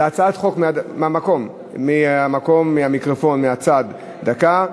להצעת חוק מהמקום, מהמיקרופון, מהצד, דקה.